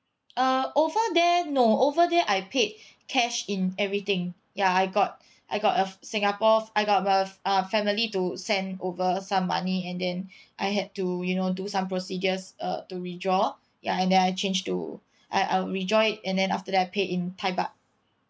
uh over there no over there I paid cash in everything ya I got I got uh singapore's I got uh uh family to send over some money and then I had to you know do some procedures uh to withdraw ya and then I changed to I I withdraw it and then after that I paid in thai baht